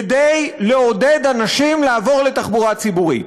כדי לעודד אנשים לעבור לתחבורה ציבורית.